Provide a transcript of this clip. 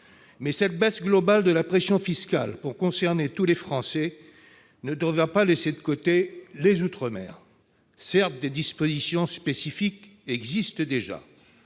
Cette baisse globale de la pression fiscale, pour concerner tous les Français, ne devra pas laisser de côté les outre-mer. Certes, des dispositions spécifiques existent déjà.